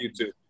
YouTube